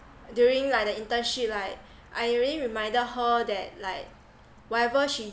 during like the internship like I already reminded her that like whatever she